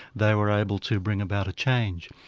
they were able to bring about a change.